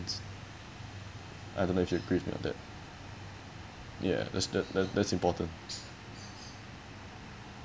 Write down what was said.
s~ I don't know if you agree with me on that ya that's the that that's important